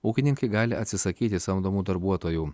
ūkininkai gali atsisakyti samdomų darbuotojų